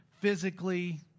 physically